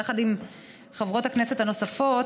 ביחד עם חברות הכנסת הנוספות,